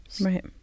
right